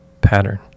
pattern